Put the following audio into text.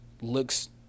looks